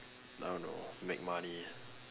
I don't know make money